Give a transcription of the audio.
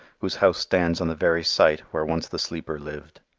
whose house stands on the very site where once the sleeper lived.